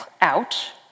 out